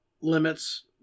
limits